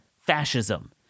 fascism